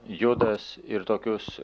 judas ir tokius